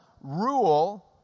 rule